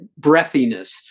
breathiness